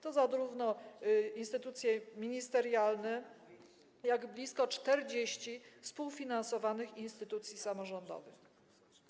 To są zarówno instytucje ministerialne, jak i blisko 40 współfinansowanych instytucji samorządowych.